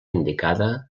indicada